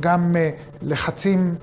גם לחצים.